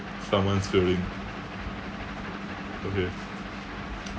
someone's feeling okay